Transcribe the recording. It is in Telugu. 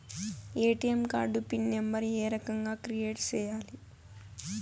ఎ.టి.ఎం కార్డు పిన్ నెంబర్ ఏ రకంగా క్రియేట్ సేయాలి